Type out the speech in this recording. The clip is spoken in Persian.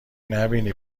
نبینی